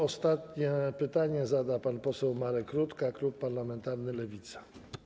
Ostatnie pytanie zada pan poseł Marek Rutka, klub parlamentarny Lewica.